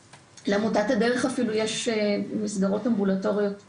לעמותת הדרך יש אפילו מסגרות אמבולטוריות ייעודיות.